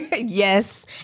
Yes